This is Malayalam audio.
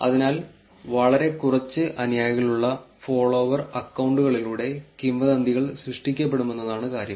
അതിനാൽ വളരെ കുറച്ച് അനുയായികളുള്ള ഫോളോവർ അക്കൌണ്ടുകളിലൂടെ കിംവദന്തികൾ സൃഷ്ടിക്കപ്പെടുമെന്നതാണ് കാര്യം